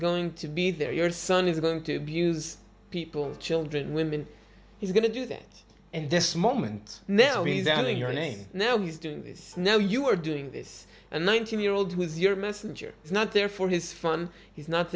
going to be there your son is going to be used people children women he's going to do that and this moment now he's down in your name now he's doing this now you are doing this and nineteen year old with your messenger is not there for his fun he's not